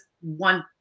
one